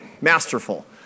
masterful